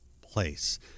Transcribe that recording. place